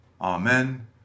Amen